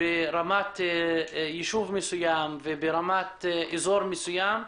ברמת ישוב מסוים וברמת אזור מסוים,